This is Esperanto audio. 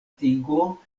tigo